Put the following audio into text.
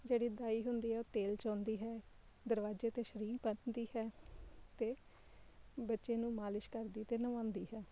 ਜਿਹੜੀ ਦਾਈ ਹੁੰਦੀ ਆ ਉਹ ਤੇਲ ਚੋਂਦੀ ਹੈ ਦਰਵਾਜ਼ੇ 'ਤੇ ਸ਼ਰੀਲ ਬੰਨਦੀ ਹੈ ਅਤੇ ਬੱਚੇ ਨੂੰ ਮਾਲਿਸ਼ ਕਰਦੀ ਅਤੇ ਨਵਾਉਂਦੀ ਹੈ